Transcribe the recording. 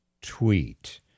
tweet